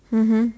mmhmm